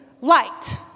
light